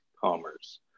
commerce